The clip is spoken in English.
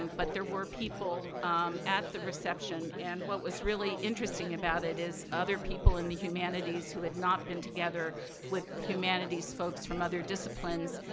but, there were people um at the reception. and, what was really interesting about it is other people in the humanities who had not been together with humanities folks from other disciplines,